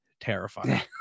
terrifying